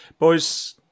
Boys